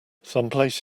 someplace